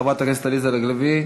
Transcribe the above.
חברת הכנסת עליזה לביא,